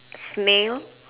snail